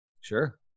Sure